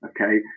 Okay